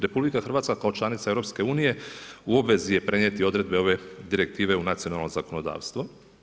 RH kao članica EU u obvezi je prenijeti odredbe ove direktive u nacionalno zakonodavstvo.